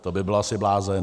To by byl asi blázen.